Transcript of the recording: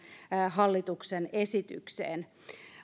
hallituksen esitykseen